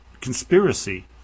conspiracy